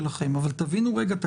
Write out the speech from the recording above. השארנו את ההסדר כמות שהוא,